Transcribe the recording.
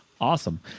Awesome